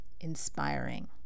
inspiring